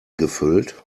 gefüllt